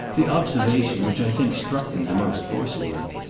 the observation which, i think, struck me the most forcibly,